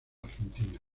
argentina